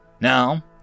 Now